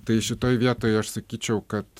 tai šitoj vietoj aš sakyčiau kad